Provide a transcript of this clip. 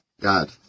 God